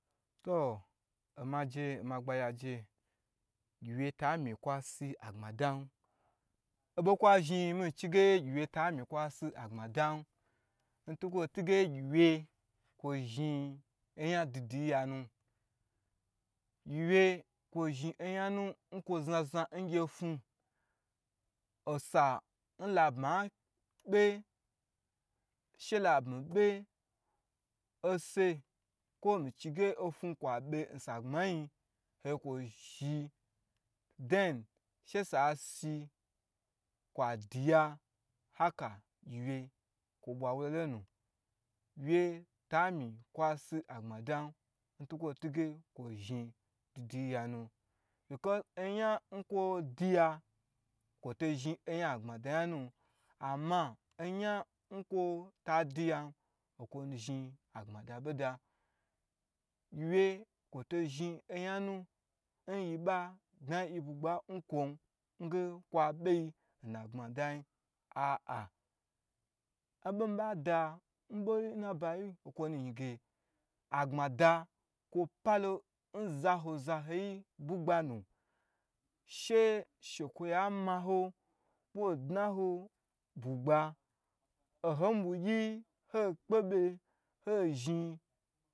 Toh omaje gyiwye tamni kwa si agbmadan oto kwa zhin michige gyiwye ta mi kwo si agbma dan ntukwo ta nge gyiwye kwo zhi oyan duduyi ya nu gyiuye ko zhi oyan ko zna zna ngye ofun she labmi bu kwa di ya a ka gyiwye kwo bwa wulo nu ntukwo tu ge kwo zhin duduyi yanu be cos oyan kwo duya kwo to zhi oga agbma da nyanu ama oyan nkwo tadaya nkwo nuzhin agbma da boda, kwo to zhin oyan nu yi ba dna yi bugba n kwo nge kwo be yi na gbadayi a a obo mi bada kwo nan bayi nkwo nuyi ge agbmada ku o pa n zo zo ho yi bugbanu she sheyi a maho ho dna bugba ohobwigyi ho kpe be